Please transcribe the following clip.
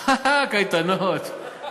אה, קייטנות.